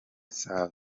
save